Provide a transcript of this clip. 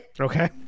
Okay